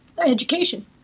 education